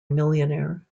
millionaire